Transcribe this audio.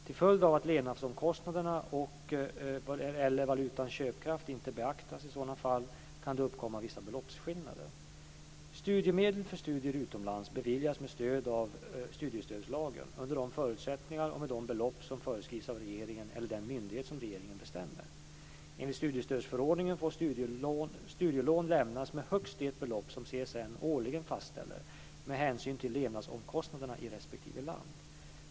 Till följd av att levnadsomkostnaderna och valutans köpkraft inte beaktas i sådana fall kan det uppkomma vissa beloppsskillnader. Studiemedel för studier utomlands beviljas med stöd av studiestödslagen under de förutsättningar och med de belopp som föreskrivs av regeringen eller den myndighet som regeringen bestämmer. Enligt studiestödsförordningen får studielån lämnas med högst det belopp som CSN årligen fastställer med hänsyn till levnadsomkostnaderna i respektive land.